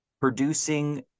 producing